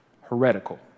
heretical